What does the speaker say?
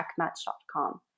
checkmatch.com